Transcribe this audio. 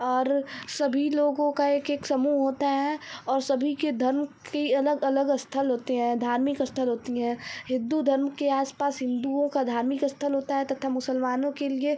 और सभी लोगों का एक एक समूह होता है और सभी के धर्म के अलग अलग स्थल होते हैं धार्मिक स्थल होती हैं हिन्दू धर्म के आस पास हिन्दुओं का धार्मिक स्थल होता है तथा मुसलमानों के लिए